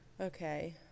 Okay